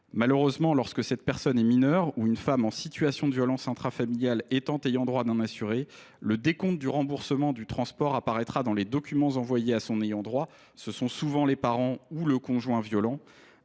malheureusement, lorsque cette personne est mineure ou une femme en situation de violence intrafamiliale, le décompte du remboursement du transport apparaîtra dans les documents envoyés à son ayant droit – souvent les parents ou le conjoint violent.